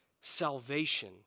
salvation